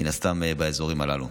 מן הסתם, באזורים הללו.